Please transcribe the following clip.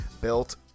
built